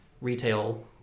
retail